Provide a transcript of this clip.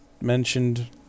mentioned